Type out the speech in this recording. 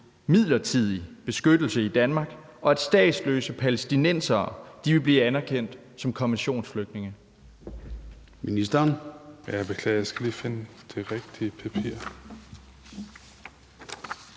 midlertidig beskyttelse i Danmark, og at statsløse palæstinensere vil blive anerkendt som konventionsflygtninge?